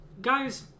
Guys